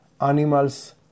animals